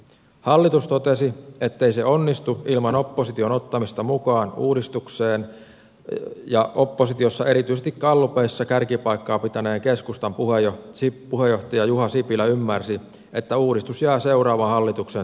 hallitus totesi ettei se onnistu ilman opposition ottamista mukaan uudistukseen ja oppositiossa erityisesti gallupeissa kärkipaikkaa pitäneen keskustan puheenjohtaja juha sipilä ymmärsi että uudistus jää seuraavan hallituksen toteutettavaksi